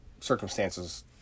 circumstances